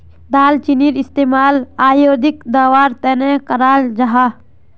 दालचीनीर इस्तेमाल आयुर्वेदिक दवार तने कराल जाहा